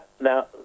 Now